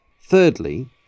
Thirdly